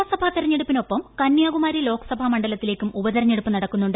നിയമസഭാ തെരഞ്ഞെടുപ്പിന് ഒപ്പം ക്ഷ്യാകുമാരി ലോക്സഭാ മണ്ഡലത്തിലേക്കും ഉപതെരഞ്ഞെട്ടുപ്പ് നടക്കുന്നുണ്ട്